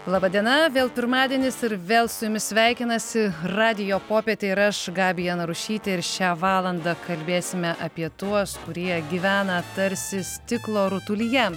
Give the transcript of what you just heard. laba diena vėl pirmadienis ir vėl su jumis sveikinasi radijo popietė ir aš gabija narušytė ir šią valandą kalbėsime apie tuos kurie gyvena tarsi stiklo rutulyje